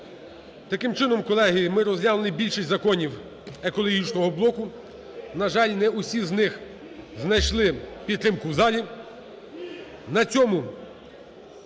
Таким чином, колеги, ми розглянули більшість законів екологічного блоку. На жаль, не всі з них знайшли підтримку в залі.